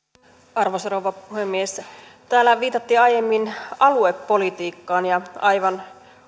arvoisa rouva puhemies täällä viitattiin aiemmin aluepolitiikkaan ja aivan